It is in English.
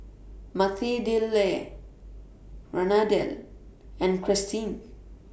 Mathilde Randell and Christie